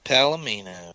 Palomino